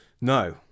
No